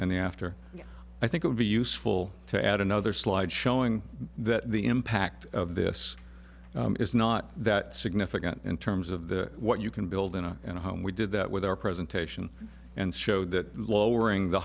the after i think it would be useful to add another slide showing that the impact of this is not that significant in terms of the what you can build in a in a home we did that with our presentation and showed that lowering the